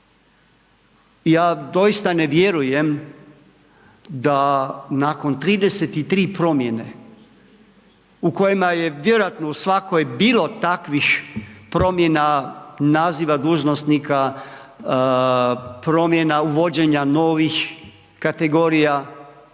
ja doista ne vjerujem da nakon 33 promjene u kojima je vjerojatno u svakoj bilo takvih promjena naziva dužnosnika, promjena uvođenja novih kategorija